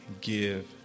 give